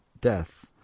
Death